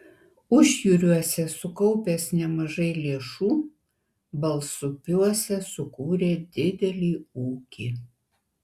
užjūriuose sukaupęs nemažai lėšų balsupiuose sukūrė didelį ūkį